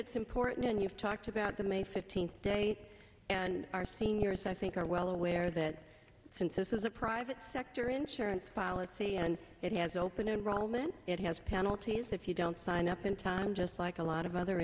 it's important and you've talked about the may fifteenth date and our seniors i think are well aware that since this is a private sector insurance policy and it has open enrollment it has penalties if you don't sign up in time just like a lot of other